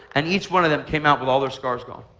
and each one of them came out with all their scars gone.